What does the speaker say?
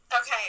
Okay